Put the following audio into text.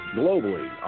globally